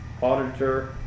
Auditor